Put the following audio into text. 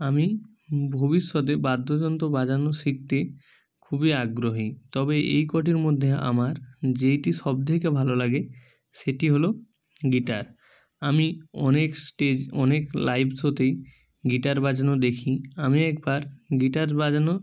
আমি ভবিষ্যতে বাদ্যযন্ত্র বাজানো শিখতে খুবই আগ্রহী তবে এই কটির মধ্যে আমার যেইটি সব থেকে ভালো লাগে সেটি হলো গিটার আমি অনেক স্টেজ অনেক লাইভ শোতেই গিটার বাজানো দেখি আমি একবার গিটার বাজানো